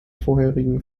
vorherigen